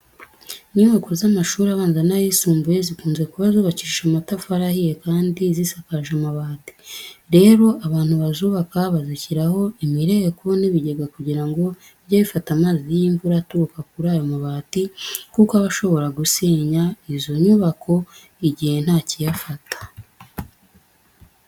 Inyubako z'amashuri abanza n'ayisumbuye zikunze kuba zubakishije amatafari ahiye kandi zisakaje amabati. Rero abantu bazubaka bazishyiraho imireko n'ibigega kugira ngo bijye bifata amazi y'imvura aturuka kuri ayo mabati kuko aba ashobora gusenya izo nyubako mu gihe ntakiyafata.